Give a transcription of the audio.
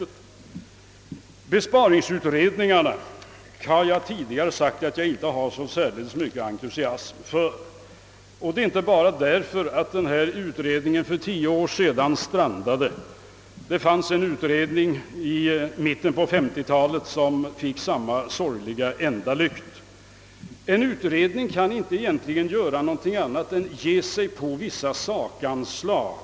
Vad besparingsutredningarna beträffar har jag tidigare sagt att jag inte hyser så särdeles stor entusiasm för dem. Det beror inte bara på att den besparingsutredning som arbetade för åtta år sedan strandade. Det fanns en utredning i milten på 1950-talet som fick samma sorgliga ändalykt. En utredning kan egentligen inte göra annat än ge sig på vissa sakanslag.